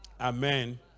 amen